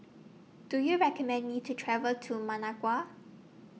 Do YOU recommend Me to travel to Managua